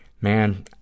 Man